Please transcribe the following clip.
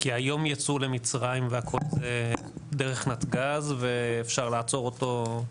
היום ייצוא למצרים זה דרך נתג"ז ואפשר לעצור אותו.